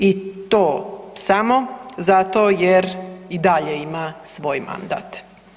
I to samo zato jer i dalje ima svoj mandat.